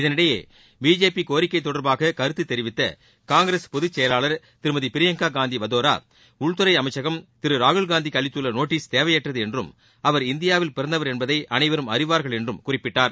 இதனிடையே பிஜேபி கோரிக்கை தொடர்பாக கருத்து தெரிவித்த காங்கிரஸ் பொதுச் செயலாளர் திருமதி பிரியங்கா காந்தி வத்ரா உள்துறை அளமச்சகம் திரு ராகுல் காந்திக்கு அளித்துள்ள நோட்டீஸ் தேவையற்றது என்றும் அவர் இந்தியாவில் பிறந்தவர் என்பதை அனைவரும் அறிவார்கள் என்றும் குறிப்பிட்டார்